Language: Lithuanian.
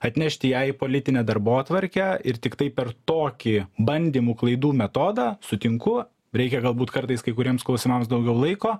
atnešti ją į politinę darbotvarkę ir tiktai per tokį bandymų klaidų metodą sutinku reikia galbūt kartais kai kuriems klausimams daugiau laiko